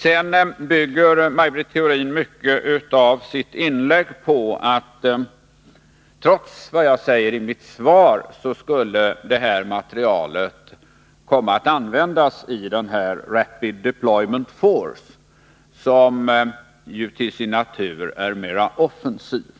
Maj Britt Theorin bygger i stor utsträckning sitt inlägg på att den här materielen, trots vad jag säger i mitt svar, skulle komma att användas i Rapid Deployment Force, som ju till sin natur är mera offensiv.